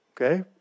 okay